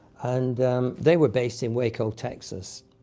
and they were based in waco, texas,